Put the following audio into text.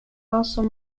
castle